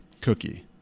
Cookie